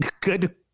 good